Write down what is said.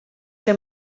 que